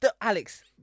alex